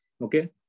Okay